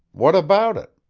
what about it?